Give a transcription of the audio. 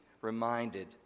reminded